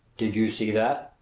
did you see that?